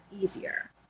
easier